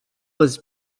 was